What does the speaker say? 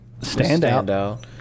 standout